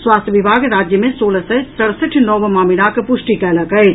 स्वास्थ्य विभाग राज्य मे सोलह सय सड़सठि नव मामिलाक पुष्टि कयलक अछि